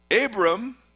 abram